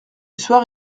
soir